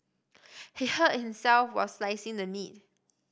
he hurt himself while slicing the neat